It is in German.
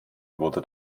wurde